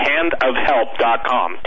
Handofhelp.com